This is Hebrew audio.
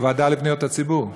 לוועדה לפניות הציבור.